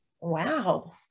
Wow